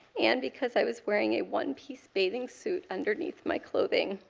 and because i was wearing a one-piece bathing suit underneath my clothing.